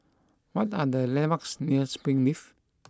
what are the landmarks near Springleaf